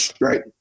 Right